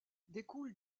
découle